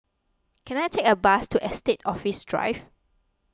can I take a bus to Estate Office Drive